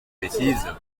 bêtise